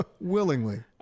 Willingly